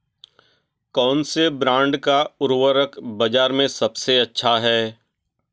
कौनसे ब्रांड का उर्वरक बाज़ार में सबसे अच्छा हैं?